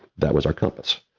that was our compass.